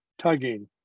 tugging